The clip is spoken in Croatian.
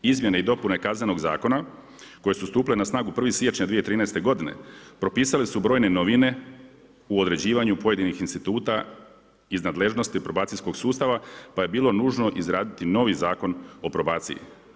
Izmjene i dopune Kaznenog zakona koje su stupile na snagu 1. siječnja 2013. godine propisale su brojne novine u određivanju pojedinih instituta iz nadležnosti probacijskog sustava pa je bilo nužno izraditi novi Zakon o probaciji.